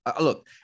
look